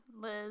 Liz